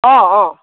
অঁ অঁ